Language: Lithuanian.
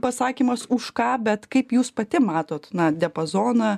pasakymas už ką bet kaip jūs pati matot na diapazoną